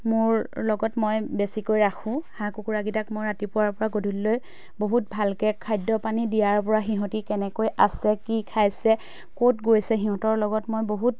মোৰ লগত মই বেছিকৈ ৰাখোঁ হাঁহ কুকুৰাকেইটাক মই ৰাতিপুৱাৰ পৰা গধূলিলৈ বহুত ভালকৈ খাদ্য পানী দিয়াৰ পৰা সিহঁতি কেনেকৈ আছে কি খাইছে ক'ত গৈছে সিহঁতৰ লগত মই বহুত